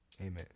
Amen